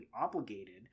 obligated